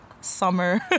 summer